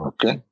Okay